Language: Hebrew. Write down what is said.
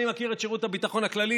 אני מכיר את שירות הביטחון הכללי,